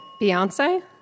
Beyonce